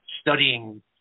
studying